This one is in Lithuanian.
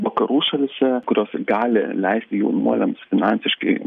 vakarų šalyse kurios gali leisti jaunuoliams finansiškai